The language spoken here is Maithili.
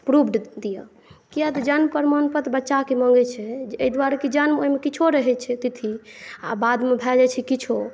प्रूफ दिअ किया तऽ जन्म प्रमाणपत्र जे बच्चाके लगै छै एहि दुआरे की जन्म ओहिमे किछो रहै छै बादमे भए जाइ छै किछो